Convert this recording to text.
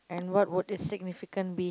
and what would it significant be